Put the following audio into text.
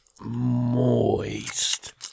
moist